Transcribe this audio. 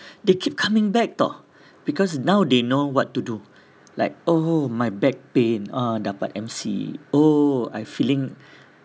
they keep coming back tahu because now they know what to do like oh my back pain uh dapat M_C oh I feeling